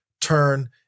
turn